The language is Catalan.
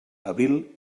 abril